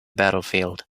battlefield